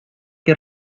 que